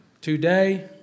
today